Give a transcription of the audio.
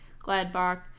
Gladbach